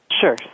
Sure